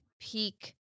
peak